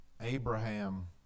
Abraham